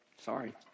sorry